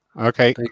okay